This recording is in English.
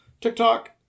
TikTok